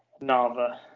Nava